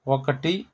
ఒకటి